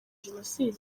jenoside